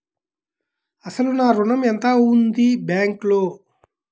అసలు నా ఋణం ఎంతవుంది బ్యాంక్లో?